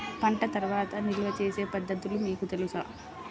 పంట తర్వాత నిల్వ చేసే పద్ధతులు మీకు తెలుసా?